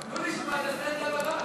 בואו נשמע את הסטנד-אפ הבא.